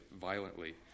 violently